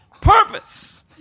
purpose